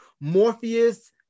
Morpheus